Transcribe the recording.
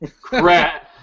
Crap